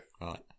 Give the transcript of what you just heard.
Right